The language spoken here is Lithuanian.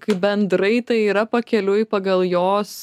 kaip bendrai tai yra pakeliui pagal jos